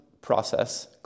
process